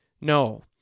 No